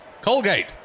Colgate